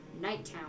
Nighttown